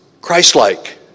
Christ-like